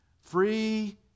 Free